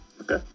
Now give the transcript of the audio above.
Okay